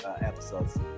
episodes